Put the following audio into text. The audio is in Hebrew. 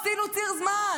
עשינו ציר זמן.